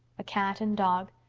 a cat and dog,